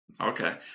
Okay